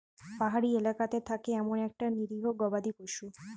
পাহাড়ি এলাকাতে থাকে এমন একটা নিরীহ গবাদি পশু